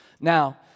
Now